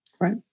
Right